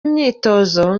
imyitozo